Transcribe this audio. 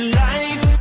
life